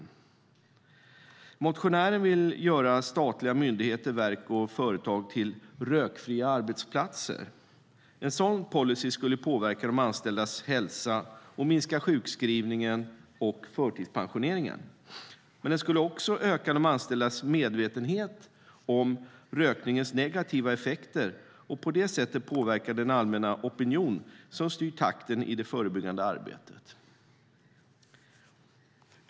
Motionären vill göra statliga myndigheter, verk och företag till rökfria arbetsplatser. En sådan policy skulle påverka de anställdas hälsa och minska sjukskrivningen och förtidspensioneringen. Den skulle också öka de anställdas medvetenhet om rökningens negativa effekter och på det sättet påverka den allmänna opinion som styr takten i det förebyggande arbetet.